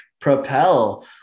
propel